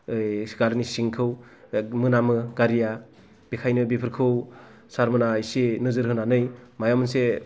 गारिनि सिंखौ मोनामो गारिआ बेनिखायनो बेफोरखौ सारमोना इसे नोजोर होनानै माबा मोनसे